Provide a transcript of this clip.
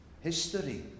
history